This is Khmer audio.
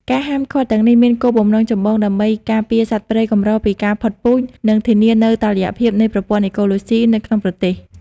ការហាមឃាត់ទាំងនេះមានគោលបំណងចម្បងដើម្បី ការពារសត្វព្រៃកម្រពីការផុតពូជ និង ធានានូវតុល្យភាពនៃប្រព័ន្ធអេកូឡូស៊ី នៅក្នុងប្រទេស។